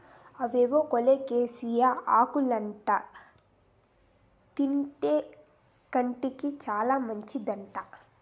అవేవో కోలోకేసియా ఆకులంట తింటే కంటికి చాలా మంచిదంట